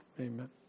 Amen